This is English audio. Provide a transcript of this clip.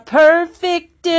perfect